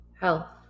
health